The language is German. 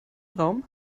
raum